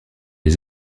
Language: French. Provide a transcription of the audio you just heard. les